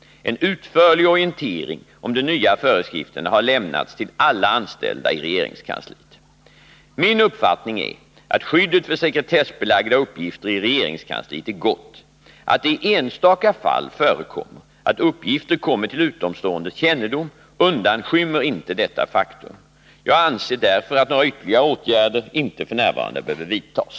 En utförlig orientering om de nya föreskrifterna har lämnats till alla anställda i regeringskansliet. Min uppfattning är att skyddet för sekretessbelagda uppgifter i regeringskansliet är gott. Att det i enstaka fall förekommer att uppgifter kommer till utomståendes kännedom undanskymmer inte detta faktum. Jag anser därför att några ytterligare åtgärder inte f. n. behöver vidtas.